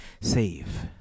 Save